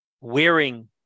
wearing